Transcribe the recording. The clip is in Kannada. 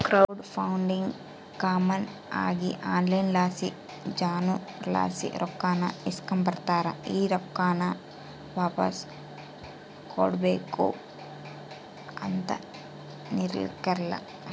ಕ್ರೌಡ್ ಫಂಡಿಂಗ್ ಕಾಮನ್ ಆಗಿ ಆನ್ಲೈನ್ ಲಾಸಿ ಜನುರ್ಲಾಸಿ ರೊಕ್ಕಾನ ಇಸ್ಕಂಬತಾರ, ಈ ರೊಕ್ಕಾನ ವಾಪಾಸ್ ಕೊಡ್ಬಕು ಅಂತೇನಿರಕ್ಲಲ್ಲ